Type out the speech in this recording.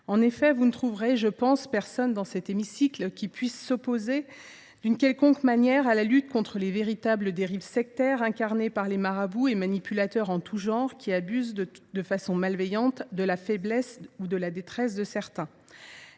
En effet, vous ne trouverez – je pense – personne dans cet hémicycle qui puisse s’opposer d’une quelconque manière à la lutte contre les véritables dérives sectaires, incarnées par les marabouts et manipulateurs en tout genre qui abusent de façon malveillante de la faiblesse ou de la détresse de certains.